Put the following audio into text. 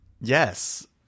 Yes